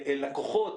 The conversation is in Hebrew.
לקוחות,